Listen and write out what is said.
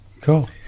cool